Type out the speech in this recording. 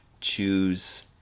choose